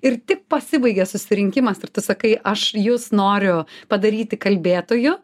ir tik pasibaigia susirinkimas ir tu sakai aš jus noriu padaryti kalbėtoju